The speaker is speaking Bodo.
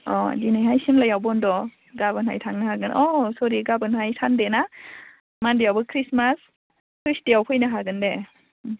अ दिनैहाय सिमलायाव बन्द' गाबोनहाय थांनो हागोन अह सरि गाबोनहाय सानदे ना मानदेआवबो खृष्टमास टिउसदेआव फैनो हागोन दे